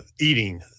eating